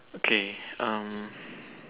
okay um